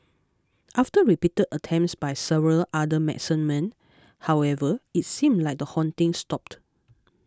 after repeated attempts by several other medicine men however it seemed like the haunting stopped